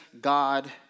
God